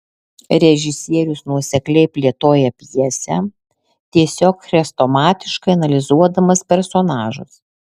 režisierius nuosekliai plėtoja pjesę tiesiog chrestomatiškai analizuodamas personažus